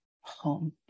home